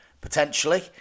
potentially